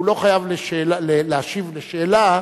הוא לא חייב להשיב על שאלה